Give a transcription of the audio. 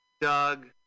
Doug